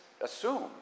assume